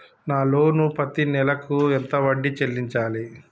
నా లోను పత్తి నెల కు ఎంత వడ్డీ చెల్లించాలి?